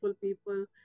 people